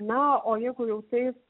na o jeigu jau taip